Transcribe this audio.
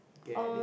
get it